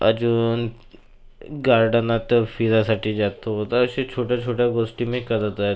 अजून गार्डनात फिरायसाठी जातो तर असे छोट्या छोट्या गोष्टी मी करत आहे